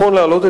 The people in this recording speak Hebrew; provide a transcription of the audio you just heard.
הכול רטוב.